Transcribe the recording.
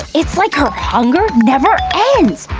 it's like her hunger never ends!